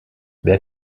wer